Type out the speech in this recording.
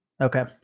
Okay